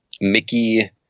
mickey